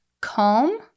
calm